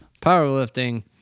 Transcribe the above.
powerlifting